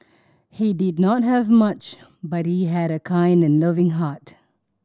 he did not have much but he had a kind and loving heart